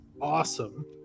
awesome